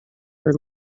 are